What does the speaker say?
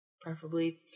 preferably